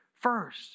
first